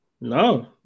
No